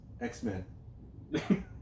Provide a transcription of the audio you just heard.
X-Men